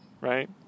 right